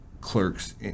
clerks